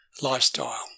lifestyle